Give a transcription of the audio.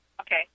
Okay